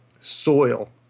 soil